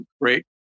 great